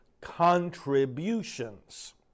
contributions